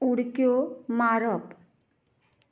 उडक्यो मारप